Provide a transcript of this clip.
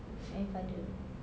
I father